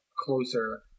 closer